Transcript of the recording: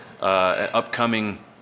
upcoming